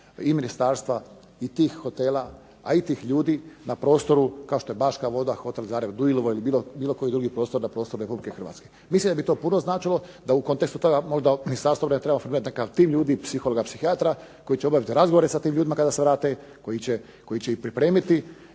i Ministarstva i tih hotela i tih ljudi na prostoru kao što je Baška voda, hotel … ili bilo koji drugi prostor na prostoru Republike Hrvatske. Mislim da bi to puno značilo da u kontekstu toga možda Ministarstva … tih ljudi psihologa, psihijatra koji će obaviti s tim ljudima kada se vrate, koji će ih pripremiti